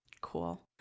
Cool